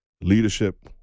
Leadership